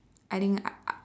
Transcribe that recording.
I think I I